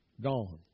Gone